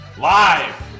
live